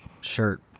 shirt